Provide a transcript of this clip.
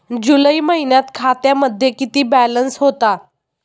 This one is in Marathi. जुलै महिन्यात खात्यामध्ये किती बॅलन्स होता?